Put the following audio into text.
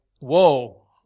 whoa